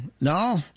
no